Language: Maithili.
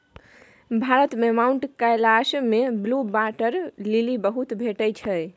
भारत मे माउंट कैलाश मे ब्लु बाटर लिली बहुत भेटै छै